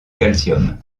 calcium